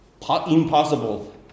impossible